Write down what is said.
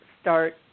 start